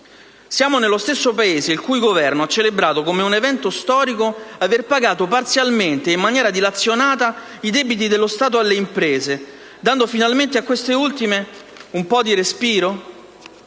Siamo nello stesso Paese il cui Governo ha celebrato come un evento storico aver pagato parzialmente e in maniera dilazionata i debiti dello Stato alle imprese, dando finalmente a queste ultime un po' di respiro?